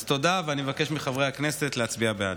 תודה, ואני מבקש מחברי הכנסת להצביע בעד.